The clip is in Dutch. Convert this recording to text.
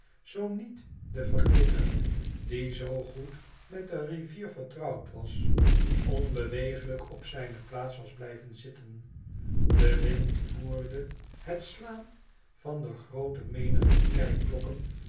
zoo niet de verkhkker die zoo goed met de rivier vertrouwd was onbeweeglijk op zijne plaats was blijven zitten de wind voerde het slaan van de groote menigte kerkklokken